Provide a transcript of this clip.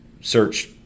search